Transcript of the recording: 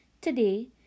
Today